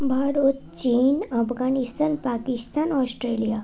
ভারত চিন আফগানিস্তান পাকিস্তান অস্ট্রেলিয়া